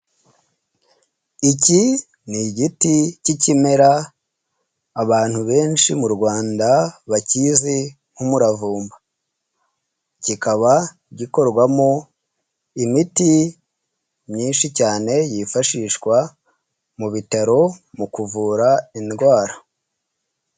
Iki ni igiti cy'ikimera abantu benshi mu Rwanda bakizi nk'umuravumba, kikaba gikorwamo imiti myinshi cyane yifashishwa mu bitaro mu kuvura indwara.